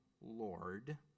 Lord